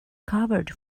covered